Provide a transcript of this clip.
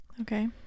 Okay